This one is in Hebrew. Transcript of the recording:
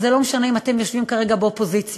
וזה לא משנה אם אתם יושבים כרגע באופוזיציה,